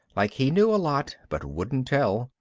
like he knew a lot but wouldn't tell,